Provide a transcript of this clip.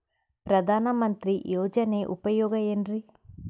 ಪ್ರಧಾನಮಂತ್ರಿ ಯೋಜನೆ ಉಪಯೋಗ ಏನ್ರೀ?